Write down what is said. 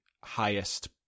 highest